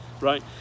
right